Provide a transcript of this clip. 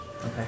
Okay